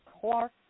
Clark